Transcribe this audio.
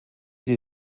die